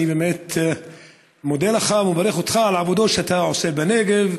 אני באמת מודה לך ומברך אותך על העבודות שאתה עושה בנגב,